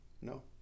No